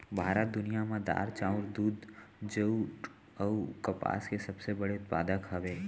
भारत दुनिया मा दार, चाउर, दूध, जुट अऊ कपास के सबसे बड़े उत्पादक हवे